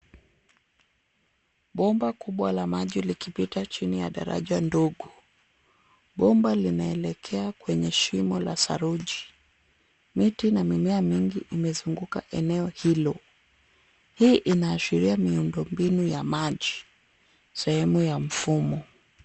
Bomba kubwa la maji likipita chini ya daraja ndogo. Bomba linaelekea kwenye shimo la saruji. Miti na mimea mingi imezunguka eneo hilo. Hii inaashiria miundo mbinu ya maji, sehemu ya mfumo.